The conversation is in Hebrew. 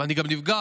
ואני גם נפגש,